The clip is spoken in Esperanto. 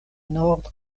nord